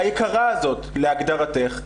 היקרה הזאת להגדרתך,